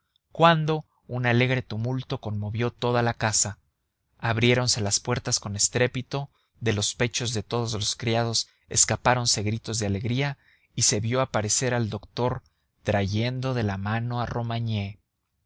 cuando un alegre tumulto conmovió toda la casa abriéronse las puertas con estrépito de los pechos de todos los criados escapáronse gritos de alegría y se vio aparecer al doctor trayendo de la mano a romagné